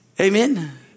Amen